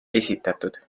esitatud